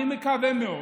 אני מקווה מאוד,